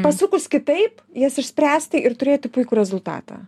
pasukus kitaip jas išspręsti ir turėti puikų rezultatą